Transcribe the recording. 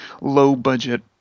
low-budget